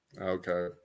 Okay